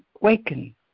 waken